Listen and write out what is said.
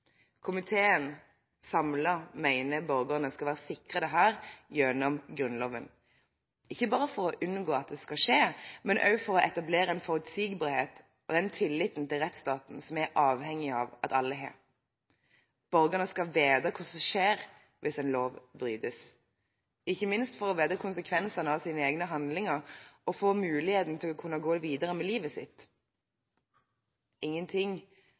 borgerne skal være sikret dette gjennom Grunnloven – ikke bare for å unngå at det skal skje, men også for å etablere en forutsigbarhet og den tilliten til rettsstaten som vi er avhengig av at alle har. Borgerne skal vite hva som skjer hvis en lov brytes, ikke minst for å få vite konsekvensene av sine egne handlinger og få muligheten til å kunne gå videre med livet sitt. Lite eller ingenting